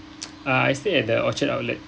uh I stay at the orchard outlet